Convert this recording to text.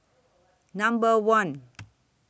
Number one